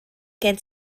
gen